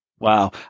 Wow